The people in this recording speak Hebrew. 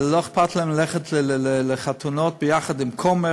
לא אכפת להם ללכת לחתונות ביחד עם כומר,